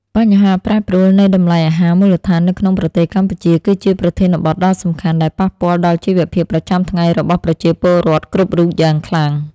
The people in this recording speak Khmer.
បញ្ហាប្រែប្រួលនៃតម្លៃអាហារមូលដ្ឋាននៅក្នុងប្រទេសកម្ពុជា គឺជាប្រធានបទដ៏សំខាន់ដែលប៉ះពាល់ដល់ជីវភាពប្រចាំថ្ងៃរបស់ប្រជាពលរដ្ឋគ្រប់រូបយ៉ាងខ្លាំង។